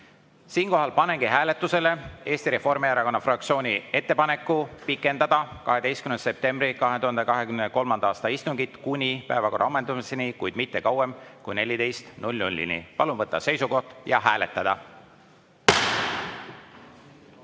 Siinkohal panengi hääletusele Eesti Reformierakonna fraktsiooni ettepaneku pikendada 12. septembri 2023. aasta istungit kuni päevakorra ammendumiseni, kuid mitte kauem kui 14.00‑ni. Palun võtta seisukoht ja hääletada!